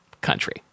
country